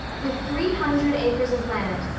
with three hundred acres of land,